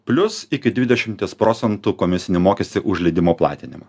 plius iki dvidešimties procentų komisinį mokestį už leidimo platinimą